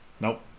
Nope